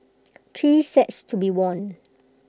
three sets to be won